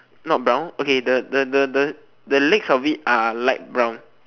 not brown okay the the the the the legs of it are light brown